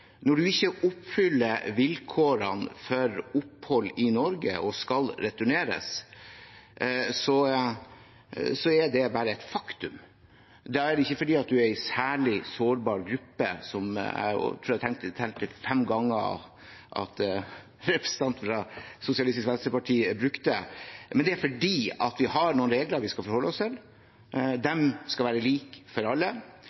Når man ikke oppfyller vilkårene for opphold i Norge og skal returneres, er det bare et faktum. Da er det ikke fordi man er i en særlig sårbar gruppe, som jeg tror jeg telte at representanten fra Sosialistisk Venstreparti sa fem ganger. Det er fordi vi har noen regler vi skal forholde oss til. De skal være like for alle.